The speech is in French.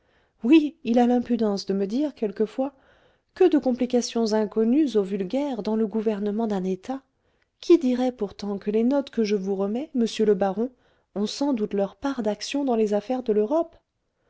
oui il a l'impudence de me dire quelquefois que de complications inconnues au vulgaire dans le gouvernement d'un état qui dirait pourtant que les notes que je vous remets monsieur le baron ont sans doute leur part d'action dans les affaires de l'europe